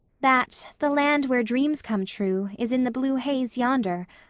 that the land where dreams come true is in the blue haze yonder,